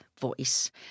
voice